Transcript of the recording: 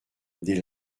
des